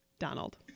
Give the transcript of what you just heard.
Donald